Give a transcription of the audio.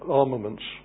armaments